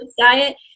diet